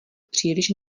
příliš